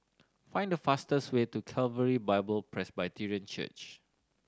find the fastest way to Calvary Bible Presbyterian Church